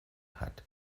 hat